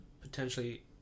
potentially